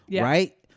Right